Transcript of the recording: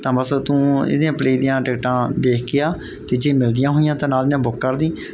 ਤਾਂ ਬਸ ਤੂੰ ਇਹਦੀਆਂ ਪਲੇਅ ਦੀਆਂ ਟਿਕਟਾਂ ਦੇਖ ਕੇ ਆ ਅਤੇ ਜੇ ਮਿਲਦੀਆਂ ਹੋਈਆਂ ਅਤੇ ਨਾਲ ਦੀ ਨਾਲ ਬੁੱਕ ਕਰ ਦੀ